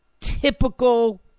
typical